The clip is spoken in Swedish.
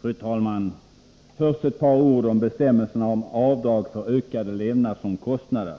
Fru talman! Först vill jag säga ett par ord om bestämmelserna om avdrag för ökade levnadsomkostnader.